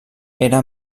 era